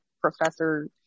professor